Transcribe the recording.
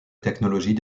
technologie